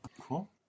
Cool